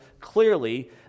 clearly